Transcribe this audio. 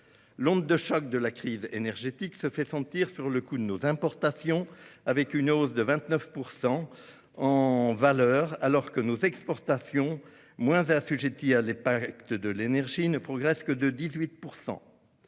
L'onde de choc de la crise énergétique se fait sentir sur le coût de nos importations, avec une hausse de 29 % des importations en valeur, alors que nos exportations, moins sujettes à l'impact de l'énergie, ne progressent que de 18 %.